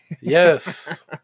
Yes